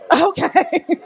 Okay